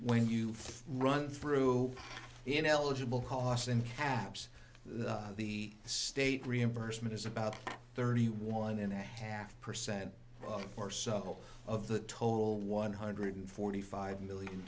when you run through ineligible costs and caps the state reimbursement is about thirty one and a half percent or so of the total one hundred forty five million